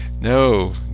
No